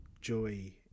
joy